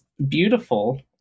Beautiful